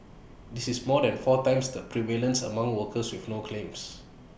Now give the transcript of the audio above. this is more than four times the prevalence among workers with no claims